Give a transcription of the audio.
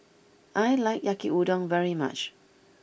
I like Yaki Udon very much